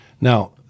Now